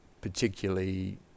particularly